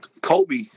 Kobe